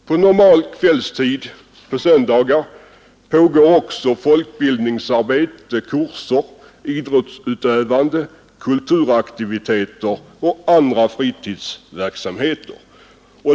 På normal kvällstid och på söndagar pågår också folkbildningsarbete, kurser, idrottsutövning, kulturaktiviteter och andra fritidsverksamheter.